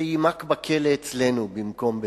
שיימק בכלא אצלנו במקום בטייוואן.